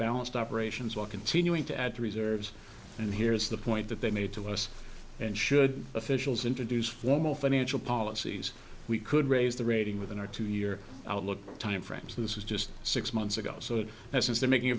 balanced operations while continuing to add to reserves and here is the point that they made to us and should officials introduce formal financial policies we could raise the rating within our two year outlook timeframe so this is just six months ago so now since they're making a